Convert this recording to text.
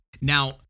Now